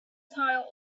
pile